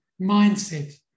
Mindset